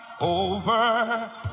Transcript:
over